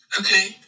Okay